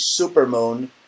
supermoon